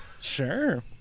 sure